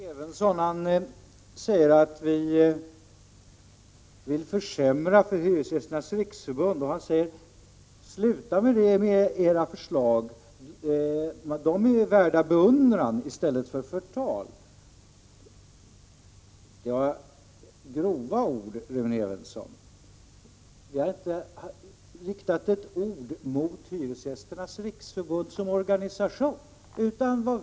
Herr talman! Rune Evensson säger att vi vill försämra för Hyresgästernas riksförbund. Han säger att vi skall sluta med våra förslag. Men de är värda beundran i stället för förtal. Det var grova ord, Rune Evensson. Vi har inte riktat ett ord av kritik mot Hyresgästernas riksförbund som organisation.